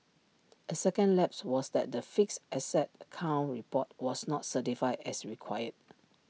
A second lapse was that the fixed asset count report was not certified as required